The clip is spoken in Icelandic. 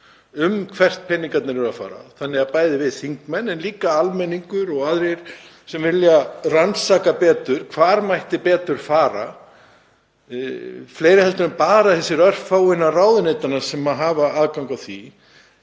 um hvert peningarnir eru að fara. Þannig getum við þingmenn en líka almenningur og aðrir sem vilja, rannsakað betur hvað mætti betur fara, fleiri en bara þessir örfáu innan ráðuneytanna sem hafa aðgang að þeim